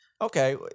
okay